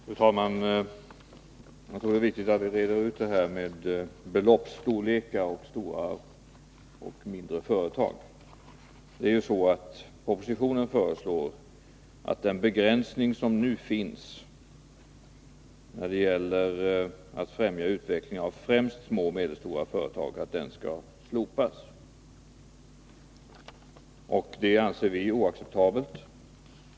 Fru talman! Jag tror det är viktigt att reda ut det här med beloppsstorlekar och de stora och mindre företagen. Propositionen föreslår att den begränsning som nu finns när det gäller att främja utvecklingen av främst små och medelstora företag skall slopas. Det anser vi är oacceptabelt.